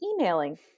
emailing